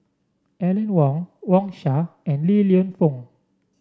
Aline Wong Wang Sha and Li Lienfung